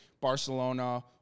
Barcelona